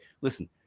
Listen